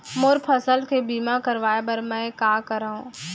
मोर फसल के बीमा करवाये बर में का करंव?